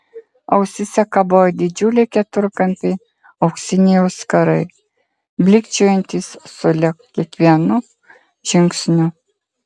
ausyse kabojo didžiuliai keturkampiai auksiniai auskarai blykčiojantys sulig kiekvienu žingsniu